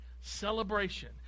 celebration